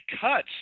cuts